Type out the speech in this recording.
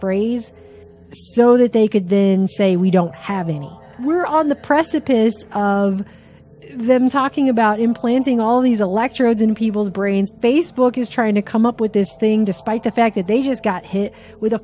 phrase so that they could then say we don't have any we're on the precipice of them talking about implanting all these electrodes in people's brains facebook is trying to come up with this thing despite the fact that they have got hit with a